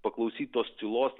paklausyt tos tylos